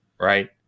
right